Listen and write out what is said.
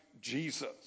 Jesus